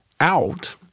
out